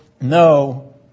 no